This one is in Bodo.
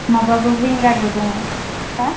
माबाबो उइंगारबो दङ मा